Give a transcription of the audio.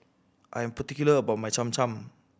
I am particular about my Cham Cham